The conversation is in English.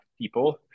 people